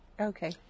Okay